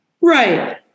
Right